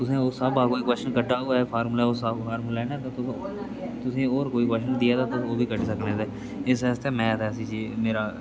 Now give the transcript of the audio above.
तुसें उस स्हाबा कोई कोच्शन कड्डा होऐ फार्मुले उस फार्मुले कन्नै तुसें होर कोई कोच्शन देऐ तां तुस ओह् बी कड्डी सकने ते इस्सै आस्तै मैथ ऐसी चीज ऐ मेरा